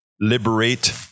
Liberate